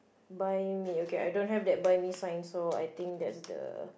buy me okay I don't have the buy me sign so I think that's the